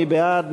מי בעד?